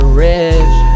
rich